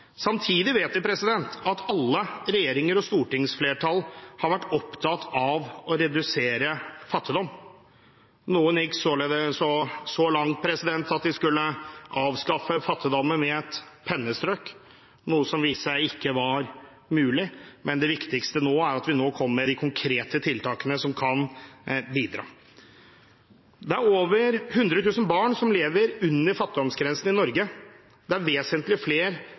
Samtidig vet vi at alle regjeringer og stortingsflertall har vært opptatt av å redusere fattigdom. Noen gikk så langt at de skulle avskaffe fattigdommen med et pennestrøk, noe som viste seg ikke å være mulig, men det viktigste nå er at vi kommer med de konkrete tiltakene som kan bidra. Det er over 100 000 barn som lever under fattigdomsgrensen i Norge. Det er vesentlig flere